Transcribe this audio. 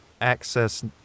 access